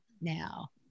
now